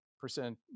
percent